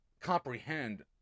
comprehend